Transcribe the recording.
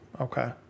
okay